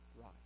right